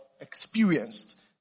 experienced